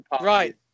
Right